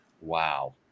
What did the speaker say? wow